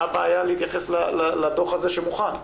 מה הבעיה להתייחס לדו"ח הזה שמוכן?